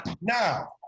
Now